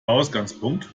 ausgangspunkt